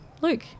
Luke